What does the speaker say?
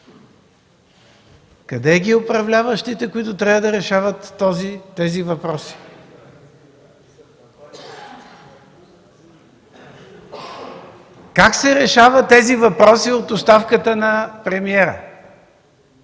Къде ги управляващите, които трябва да решават тези въпроси? (Реплики от ДПС.) Как се решават тези въпроси с оставката на премиера?